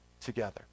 together